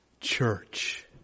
church